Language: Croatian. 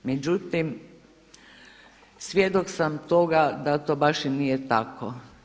Međutim, svjedok sam toga da to baš i nije tako.